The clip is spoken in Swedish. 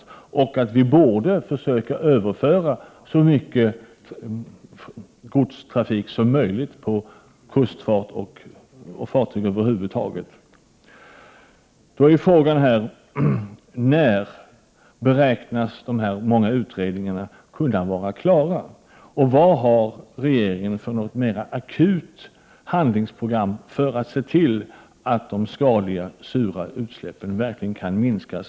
Vi borde försöka överföra så mycket godstrafik som möjligt på kustfart och fartyg över huvud taget. Då är frågan när alla dessa många utredningar beräknas vara klara och vad regeringen har för mera akuta handlingsprogram för att se till att skadliga sura utsläpp verkligen kan minskas.